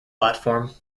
platform